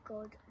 God